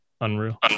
unreal